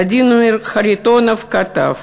ולדימיר חריטונוב כתב: